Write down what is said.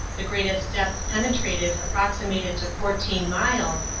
the greatest depth pene trated approximated to fourteen miles,